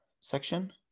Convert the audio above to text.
section